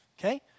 okay